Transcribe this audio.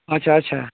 اَچھا اَچھا